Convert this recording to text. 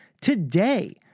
today